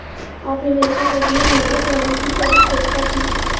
औपनिवेशिक युग में हुंडी प्रणाली की क्या विशेषता थी?